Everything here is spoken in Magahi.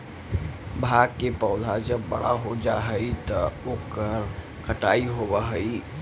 भाँग के पौधा जब बड़ा हो जा हई त ओकर कटाई होवऽ हई